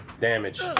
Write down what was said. Damage